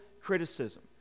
criticism